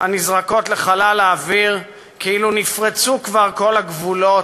הנזרקות לחלל האוויר כאילו נפרצו כבר כל הגבולות,